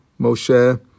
Moshe